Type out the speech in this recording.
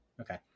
Okay